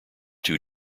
two